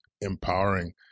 empowering